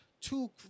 two